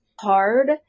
hard